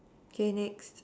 okay next